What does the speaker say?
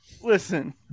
listen